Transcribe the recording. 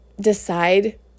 decide